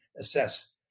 assess